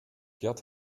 gerd